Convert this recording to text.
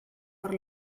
per